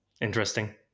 interesting